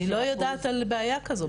אני לא יודעת על בעיה כזאת.